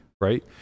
right